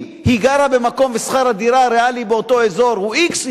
אם היא גרה במקום ושכר הדירה הריאלי באותו אזור הוא x,